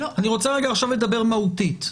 אני רוצה לדבר מהותית.